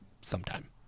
sometime